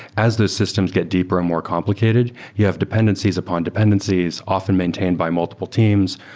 as those systems get deeper and more complicated, you have dependencies upon dependencies often maintained by multiple teams.